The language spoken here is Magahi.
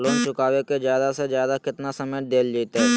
लोन चुकाबे के जादे से जादे केतना समय डेल जयते?